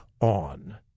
on